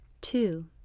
Two